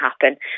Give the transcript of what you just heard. happen